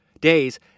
days